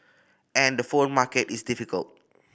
and the phone market is difficult